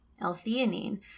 L-theanine